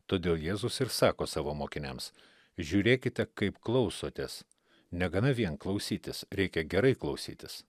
todėl jėzus ir sako savo mokiniams žiūrėkite kaip klausotės negana vien klausytis reikia gerai klausytis